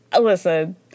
listen